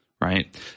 right